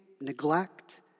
neglect